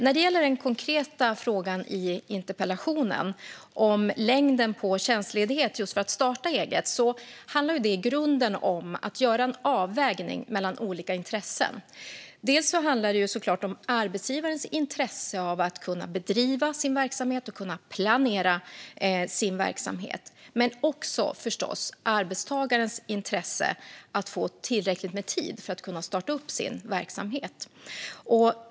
När det gäller den konkreta frågan i interpellationen om längden på tjänstledighet för att starta eget handlar det i grunden om att göra en avvägning mellan olika intressen. Dels handlar det såklart om arbetsgivarens intresse av att kunna planera och bedriva sin verksamhet, dels handlar det om arbetstagarens intresse av att få tillräckligt med tid för att kunna starta upp sin verksamhet.